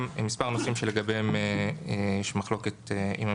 עם מספר נושאים שלגביהם יש מחלוקת עם הממשלה,